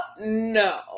no